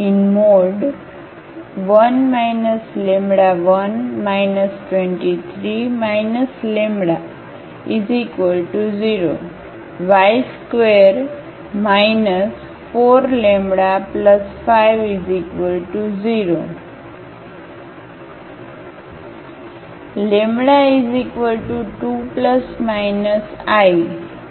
⟹1 λ 1 2 3 λ 0 ⟹2 4λ50 ⟹λ2±i